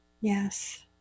Yes